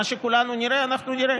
מה שכולנו נראה אנחנו נראה,